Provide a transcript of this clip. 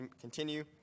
continue